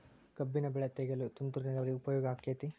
ಕಬ್ಬಿನ ಬೆಳೆ ತೆಗೆಯಲು ತುಂತುರು ನೇರಾವರಿ ಉಪಯೋಗ ಆಕ್ಕೆತ್ತಿ?